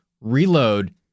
reload